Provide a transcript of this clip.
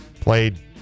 Played